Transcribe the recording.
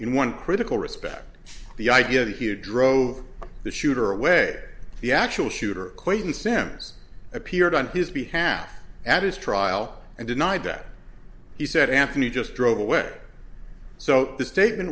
in one critical respect the idea that hugh drove the shooter away the actual shooter clayton sims appeared on his behalf at his trial and denied that he said anthony just drove away so the statement